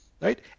right